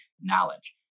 knowledge